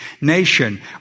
nation